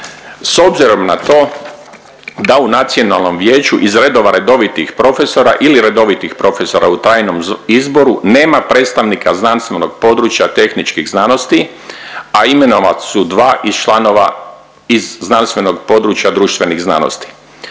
S obzirom na to da u nacionalnom vijeću iz redova redovitih profesora ili redovitih profesora u trajnom izboru nema predstavnika znanstvenog područja tehničkih znanosti, a .../Govornik se ne razumije./... dva iz članova iz znanstvenog područja društvenih znanosti.